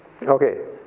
Okay